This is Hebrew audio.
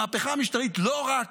המהפכה המשטרית לא רק